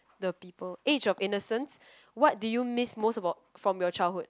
the people age of innocence what do you miss most about from your childhood